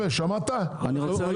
אני רוצה